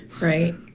Right